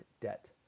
debt